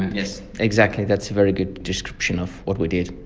yes, exactly, that's a very good description of what we did.